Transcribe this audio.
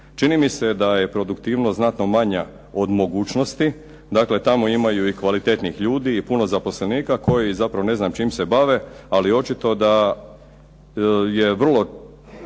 Čini mi se da je produktivnost znatno manja od mogućnosti, dakle tamo imaju i kvalitetnih ljudi i puno zaposlenika koji zapravo ne znam čim se bave, ali očito da je puno